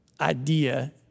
idea